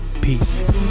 peace